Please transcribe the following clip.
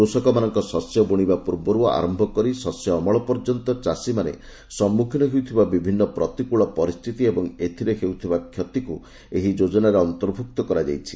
କୃଷକମାନଙ୍କ ଶସ୍ୟ ବୁଶିବା ପୂର୍ବରୁ ଆରମ୍ଭ କରି ଶସ୍ୟ ଅମଳ ପର୍ଯ୍ୟନ୍ତ ଚାଷୀମାନେ ସମ୍ମୁଖୀନ ହେଉଥିବା ବିଭିନ୍ନ ପ୍ରତିକଳ ପରିସ୍ଥିତି ଏବଂ ଏଥିରେ ହେଉଥିବା କ୍ଷତିକୁ ଏହି ଯୋଜନାରେ ଅନ୍ତର୍ଭୁକ୍ତ କରାଯାଇଛି